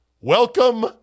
welcome